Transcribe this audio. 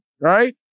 right